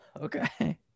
Okay